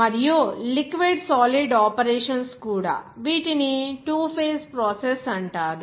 మరియు liquid solid operations కూడా వీటిని టు ఫేజ్ ప్రాసెస్ అంటారు